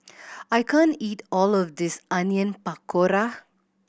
I can't eat all of this Onion Pakora